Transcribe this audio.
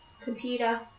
Computer